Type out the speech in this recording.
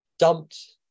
dumped